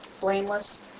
blameless